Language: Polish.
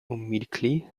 umilkli